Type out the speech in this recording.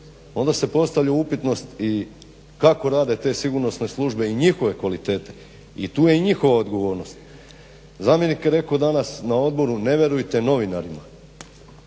onda se postavlja upitnost i kako rade te sigurnosne službe i njihove kvalitete i tu je njihova odgovornost. Zamjenik je rekao danas na odboru ne vjerujete novinarima.